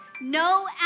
No